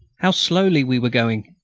how slowly we were going!